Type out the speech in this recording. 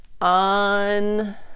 on